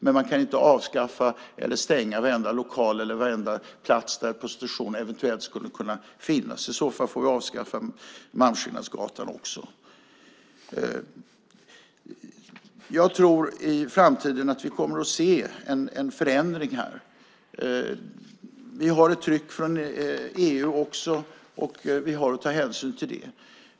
Men man kan inte avskaffa eller stänga varenda lokal eller varenda plats där prostitution eventuellt skulle kunna finnas. I så fall får vi avskaffa Malmskillnadsgatan också. Jag tror att vi i framtiden kommer att se en förändring här. Vi har ett tryck från EU också, och vi har att ta hänsyn till det.